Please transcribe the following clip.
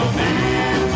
man